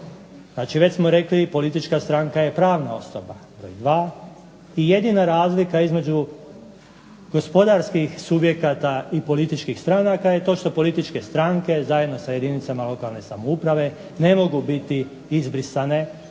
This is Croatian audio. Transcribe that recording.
Znači, već smo rekli politička stranka je pravna osoba. To je dva. I jedina razlika između gospodarskih subjekata i političkih stranaka je to što političke stranke zajedno sa jedinicama lokalne samouprave ne mogu biti izbrisane,